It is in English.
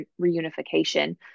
reunification